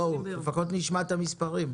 בואו נשמע את המספרים.